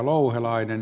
hienoa